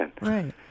Right